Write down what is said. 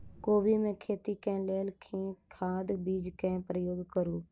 कोबी केँ खेती केँ लेल केँ खाद, बीज केँ प्रयोग करू?